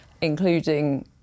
including